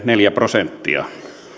neljä prosenttia